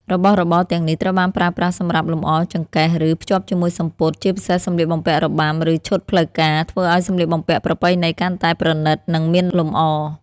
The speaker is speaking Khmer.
របស់របរទាំងនេះត្រូវបានប្រើប្រាស់សម្រាប់លម្អ ចង្កេះ ឬ ភ្ជាប់ជាមួយសំពត់ (ជាពិសេសសម្លៀកបំពាក់របាំ ឬឈុតផ្លូវការ) ធ្វើឱ្យសម្លៀកបំពាក់ប្រពៃណីកាន់តែ ប្រណីត និងមានលម្អ។